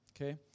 Okay